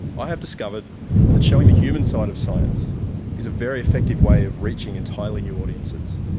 i have discovered that showing the human side of science is a very effective way of reaching entirely new audiences.